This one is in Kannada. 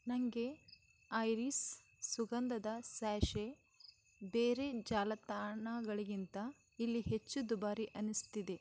ನನಗೆ ಐರಿಸ್ ಸುಗಂಧದ ಸ್ಯಾಷೆ ಬೇರೆ ಜಾಲತಾಣಗಳಿಗಿಂತ ಇಲ್ಲಿ ಹೆಚ್ಚು ದುಬಾರಿ ಅನ್ನಿಸ್ತಿದೆ